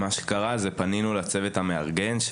פנינו לצוות המארגן,